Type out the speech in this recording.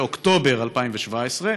באוקטובר 2017,